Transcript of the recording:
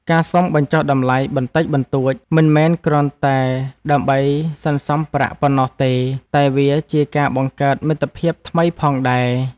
ការសុំបញ្ចុះតម្លៃបន្តិចបន្តួចមិនមែនគ្រាន់តែដើម្បីសន្សំប្រាក់ប៉ុណ្ណោះទេតែវាជាការបង្កើតមិត្តភាពថ្មីផងដែរ។